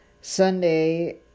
Sunday